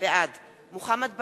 בעד מוחמד ברכה,